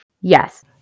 Yes